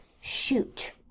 shoot